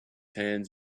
hands